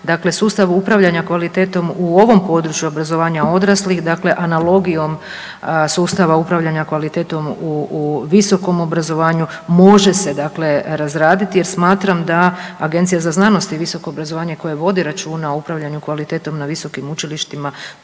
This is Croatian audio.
dakle sustav upravljanja kvalitetom u ovom području obrazovanja odraslih dakle analogijom sustava upravljanja kvalitetom u visokom obrazovanju može se dakle razraditi. Jer smatram da Agencija za znanost i visoko obrazovanje koja vodi računa o upravljanju kvalitetom na visokim učilištima